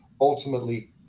ultimately